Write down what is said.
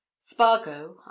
spargo